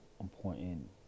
important